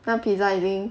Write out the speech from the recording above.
那个 pizza 已经